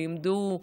לימדו,